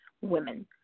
women